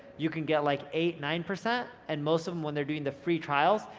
you can get like, eight, nine percent, and most of em, when they're doing the free trials,